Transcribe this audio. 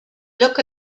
look